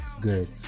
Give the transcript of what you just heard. Good